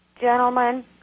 Gentlemen